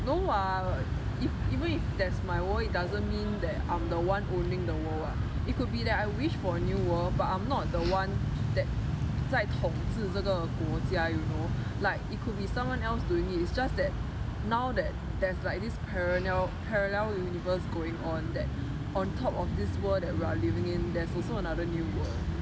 no [what] even if that's my world it doesn't mean that I'm the one owning the world [what] it could be that I wish for a new world but I'm not the one that 在统治这个国家 you know like it could be someone else doing it it's just that now that there's like this parallel parallel universe going on that on top of this world that we are living in there's also another new world